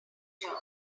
job